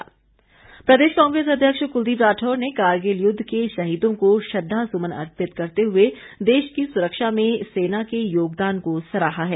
कुलदीप राठौर प्रदेश कांग्रेस अध्यक्ष कुलदीप राठौर ने कारगिल युद्ध के शहीदों को श्रद्दासुमन अर्पित करते हुए देश की सुरक्षा में सेना के योगदान को सराहा है